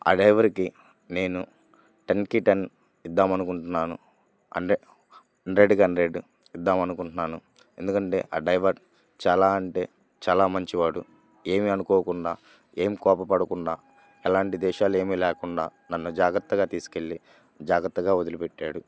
ఆ డైవర్కి నేను టెన్కి టెన్ ఇద్దాం అనుకుంటున్నాను హండ్రె హండ్రెడ్కి హండ్రెడ్ ఇద్దాం అనుకుంటున్నాను ఎందుకంటే ఆ డైవర్ చాలా అంటే చాలా మంచివాడు ఏమీ అనుకోకుండా ఏం కోప్పడకుండా ఎలాంటి ద్వేషాలు ఏమీ లేకుండా నన్ను జాగ్రత్తగా తీసుకెళ్ళి జాగ్రత్తగా వదిలిపెట్టాడు